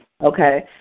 Okay